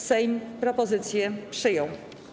Sejm propozycję przyjął.